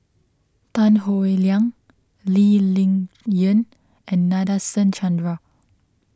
Tan Howe Liang Lee Ling Yen and Nadasen Chandra